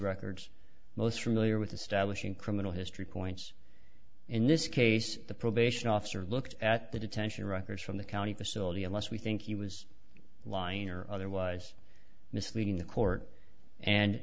records most really are with the stablish in criminal history points in this case the probation officer looked at the detention records from the county facility unless we think he was lying or otherwise misleading the court and